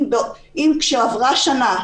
אם אחרי שעברה שנה,